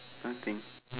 nothing